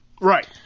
Right